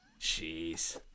Jeez